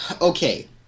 Okay